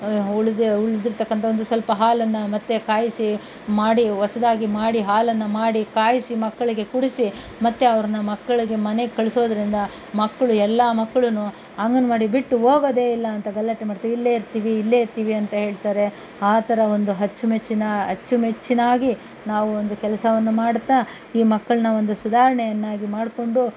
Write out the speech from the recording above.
ಉಳ್ದು ಉಳ್ದಿರ್ತಕ್ಕಂಥ ಒಂದು ಸ್ವಲ್ಪ ಹಾಲನ್ನು ಮತ್ತೆ ಕಾಯಿಸಿ ಮಾಡಿ ಹೊಸದಾಗಿ ಮಾಡಿ ಹಾಲನ್ನು ಮಾಡಿ ಕಾಯಿಸಿ ಮಕ್ಕಳಿಗೆ ಕುಡಿಸಿ ಮತ್ತೆ ಅವ್ರನ್ನ ಮಕ್ಕಳಿಗೆ ಮನೆಗೆ ಕಳಿಸೋದ್ರಿಂದ ಮಕ್ಕಳು ಎಲ್ಲ ಮಕ್ಕಳೂ ಅಂಗನವಾಡಿ ಬಿಟ್ಟು ಹೋಗೋದೇ ಇಲ್ಲ ಅಂತ ಗಲಾಟೆ ಮಾಡ್ತೀವಿ ಇಲ್ಲೇ ಇರ್ತೀವಿ ಇಲ್ಲೇ ಇರ್ತೀವಿ ಅಂತ ಹೇಳ್ತಾರೆ ಆ ಥರ ಒಂದು ಅಚ್ಚು ಮೆಚ್ಚಿನ ಅಚ್ಚು ಮೆಚ್ಚಿನಾಗಿ ನಾವು ಒಂದು ಕೆಲಸವನ್ನು ಮಾಡ್ತಾ ಈ ಮಕ್ಕಳನ್ನ ಒಂದು ಸುಧಾರಣೆಯನ್ನಾಗಿ ಮಾಡಿಕೊಂಡು